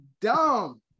dumb